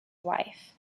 wife